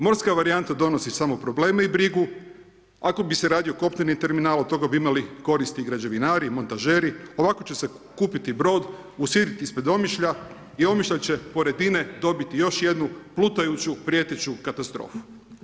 Morska varijanta donosi samo probleme i brigu, ako bi se radio kopneni terminal od toga bi imali koristi građevinari i montažeri, ovako će se kupiti brod usidriti ispred Omišlja i Omišalj će pored INA-e dobiti još jednu plutajuću prijeteću katastrofu.